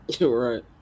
Right